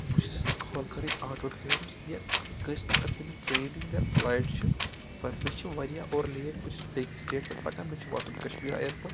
بہٕ چھُس یژھان کال کَرٕنۍ آٹو ڈرٛیورَس یا کُنہِ کٲنٛسہِ نَفرَس ییٚمِس ٹرٛینِ ہنٛد یا فٕلایِٹ چھِ پَتہٕ مےٚ چھِ واریاہ اورٕ لیٹ بہٕ چھُس بیٚیہِ سٹیٹ پٮ۪ٹھ پَکان مےٚ چھُ واتُن کَشمیٖر اِیَرپوٹ